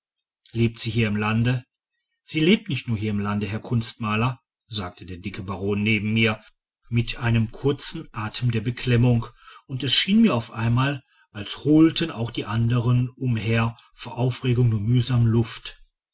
lebt sie hier im lande sie lebt nicht nur hier im land herr kunstmaler sagte der dicke baron neben mir mit einem kurzen atem der beklemmung und es schien mir auf einmal als holten auch die anderen umher vor aufregung nur mühsam luft